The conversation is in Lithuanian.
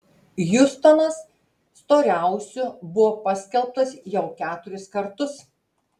hjustonas storiausiu buvo paskelbtas jau keturis kartus